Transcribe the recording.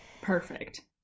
Perfect